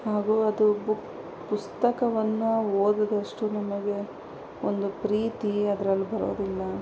ಹಾಗೂ ಅದು ಬುಕ್ ಪುಸ್ತಕವನ್ನು ಓದಿದಷ್ಟು ನಮಗೆ ಒಂದು ಪ್ರೀತಿ ಅದ್ರಲ್ಲಿ ಬರೋದಿಲ್ಲ